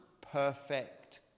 perfect